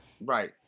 Right